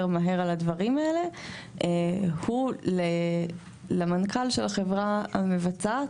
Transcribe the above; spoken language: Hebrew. מהר על הדברים האלה הוא למנכ״ל של החברה המבצעת,